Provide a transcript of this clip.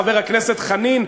חבר הכנסת חנין,